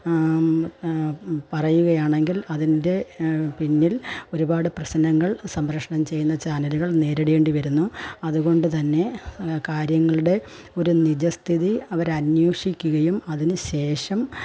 പറയുകയാണെങ്കിൽ അതിൻ്റെ പിന്നിൽ ഒരുപാട് പ്രശ്നങ്ങൾ സംപ്രേഷണം ചെയ്യുന്ന ചാനലുകൾ നേരിടേണ്ടിവരുന്നു അതുകൊണ്ടുതന്നെ കാര്യങ്ങളുടെടെ ഒരു നിജസ്ഥിതി അവരന്വേഷിക്കുകയും അതിനുശേഷം